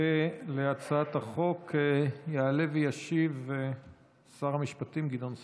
ולהצעת החוק יעלה וישיב שר המשפטים גדעון סער.